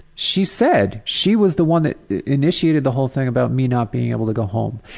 she said she was the one that initiated the whole thing about me not being able to go home.